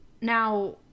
Now